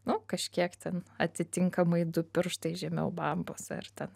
nu kažkiek ten atitinkamai du pirštai žemiau bambos ar ten